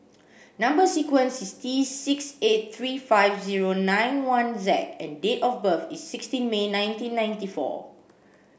number sequence is T six eight three five zero nine one Z and date of birth is sixteen May nineteen ninety four